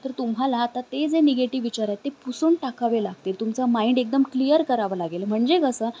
तर तुम्हाला आता ते जे निगेटिव विचार आहेत ते पुसून टाकावे लागतील तुमचा माइंड एकदम क्लिअर करावं लागेल म्हणजे कसं